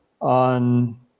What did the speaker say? on